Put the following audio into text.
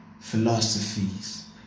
philosophies